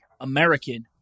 American